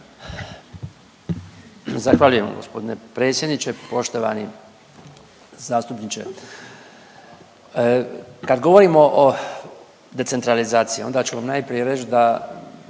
Zahvaljujem g. predsjedniče. Poštovani zastupniče, kad govorimo o decentralizaciji onda ću vam najprije reć da